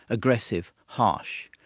aggressive, harsh,